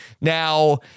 Now